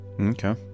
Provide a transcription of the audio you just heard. Okay